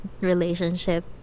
relationship